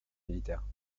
militaire